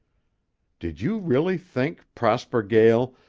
did you really think, prosper gael,